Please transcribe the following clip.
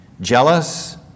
jealous